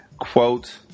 Quote